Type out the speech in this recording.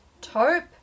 taupe